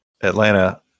Atlanta